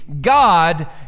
God